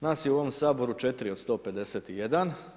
Nas je u ovom Saboru 4 od 151.